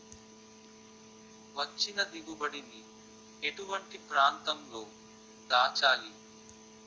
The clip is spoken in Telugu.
వచ్చిన దిగుబడి ని ఎటువంటి ప్రాంతం లో దాచాలి?